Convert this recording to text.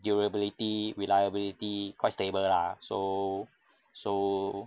durability reliability quite stable lah so so